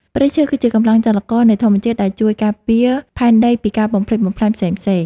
ព្រៃឈើ គឺជាកម្លាំងចលករនៃធម្មជាតិដែលជួយការពារផែនដីពីការបំផ្លិចបំផ្លាញផ្សេងៗ។